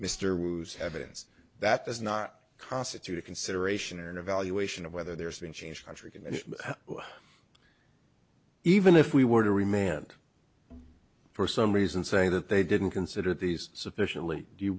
mr was heavens that does not constitute a consideration or an evaluation of whether there's been change country and even if we were to remain for some reason say that they didn't consider these sufficiently do you